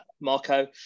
Marco